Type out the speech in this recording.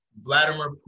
Vladimir